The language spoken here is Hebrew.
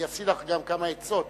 אני אשיא לך גם כמה עצות.